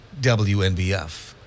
WNBF